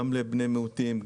גם לבני מיעוטים,